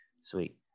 Sweet